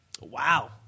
Wow